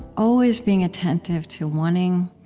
always being attentive to wanting